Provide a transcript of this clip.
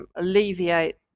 alleviate